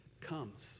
comes